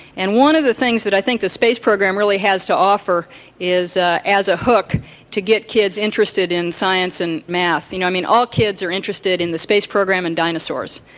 and one of the things that i think the space program really has to offer is as a hook to get kids interested in science and maths. you know i mean, all kids are interested in the space program and dinosaurs,